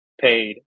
paid